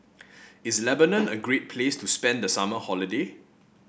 is Lebanon a great place to spend the summer holiday